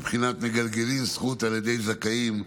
בבחינת "מגלגלים זכות על ידי זכאים",